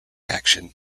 action